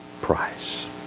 price